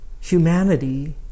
humanity